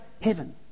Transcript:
heaven